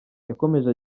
yakomeje